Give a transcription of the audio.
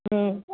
હમ્મ